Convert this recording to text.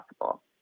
possible